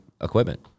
equipment